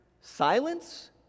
silence